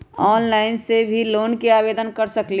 Online से भी loan के आवेदन कर सकलीहल?